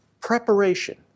Preparation